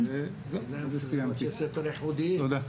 סיימתי, תודה.